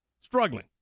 Struggling